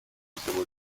всего